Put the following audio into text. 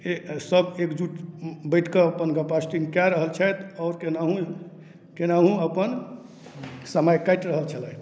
ए सब एकजुट बैठिकऽ अपन गपाष्टिङ्ग कए रहल छथि आओर केनाहू केनाहू अपन समय काटि रहल छलथि